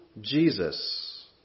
Jesus